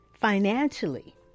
financially